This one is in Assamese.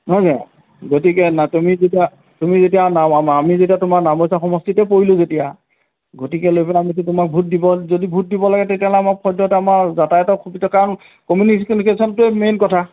গতিকে না তুমি যেতিয়া তুমি যেতিয়া নাম আমা আমি যেতিয়া তোমাৰ নাওবৈচা সমষ্টিতে পৰিলোঁ যেতিয়া গতিকে লৈ পেলাই আমি তোমাক ভোট দিব যদি ভোট দিব লাগে তেতিাহ'লে আমাক সদ্যহতে আমাৰ যাতায়তৰ সুবিধা কাৰণ কমিউনিউনিকেশ্যনটোৱে মেইন কথা